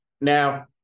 Now